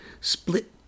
Split